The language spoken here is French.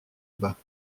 bas